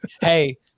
Hey